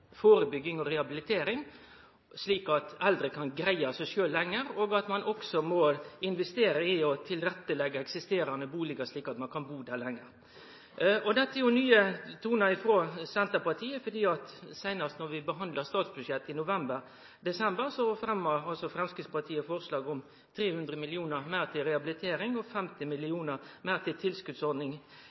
førebygging og rehabilitering, slik at eldre kan greie seg sjølve lenger, og at ein òg må investere i å leggje til rette eksisterande bustader, slik at ein kan bu der lenger. Dette er jo nye tonar frå Senterpartiet. Seinast då vi behandla statsbudsjettet i november–desember, fremma Framstegspartiet forslag om 300 mill. kr meir til rehabilitering og 50 mill. kr meir til ei tilskotsordning